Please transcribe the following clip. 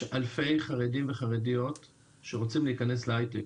יש אלפי חרדים וחרדיות שרוצים להכנס להייטק.